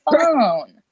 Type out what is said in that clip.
phone